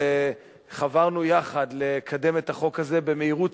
שחברנו יחד לקדם את החוק הזה במהירות